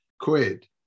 quid